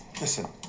Listen